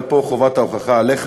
אבל פה חובת ההוכחה עליך.